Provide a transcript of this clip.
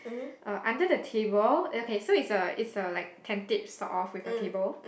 uh under the table okay so it's a it's a like tentage sort of with a table